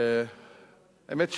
האמת,